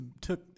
took